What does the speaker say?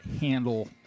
handle